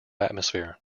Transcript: atmosphere